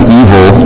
evil